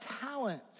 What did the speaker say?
talent